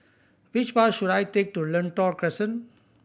which bus should I take to Lentor Crescent